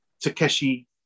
Takeshi